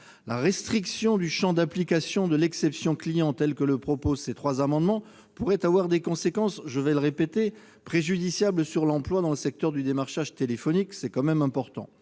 La restriction du champ d'application de l'exception client que tendent à prévoir ces trois amendements pourrait avoir des conséquences préjudiciables sur l'emploi dans le secteur du démarchage téléphonique. C'est important